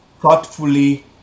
thoughtfully